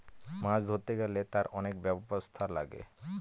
মাছ ধরতে গেলে তার অনেক ব্যবস্থা লাগে